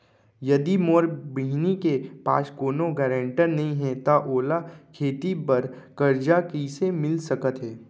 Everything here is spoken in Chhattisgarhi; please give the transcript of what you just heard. यदि मोर बहिनी के पास कोनो गरेंटेटर नई हे त ओला खेती बर कर्जा कईसे मिल सकत हे?